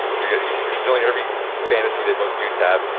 you're yeah you're filling every fantasy that most dudes have.